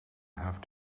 have